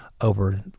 over